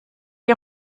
ihr